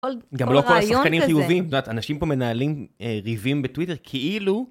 גם לא כל השחקנים חיובים, את יודעת, אנשים פה מנהלים ריבים בטוויטר כאילו...